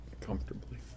comfortably